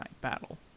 battle